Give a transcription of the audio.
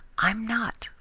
i'm not.